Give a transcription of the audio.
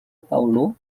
paulo